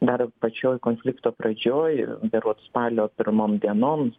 dar pačioj konflikto pradžioj berods spalio pirmom dienom